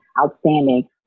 outstanding